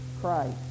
christ